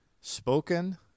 spoken